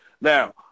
Now